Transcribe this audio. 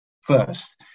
first